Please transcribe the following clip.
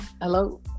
hello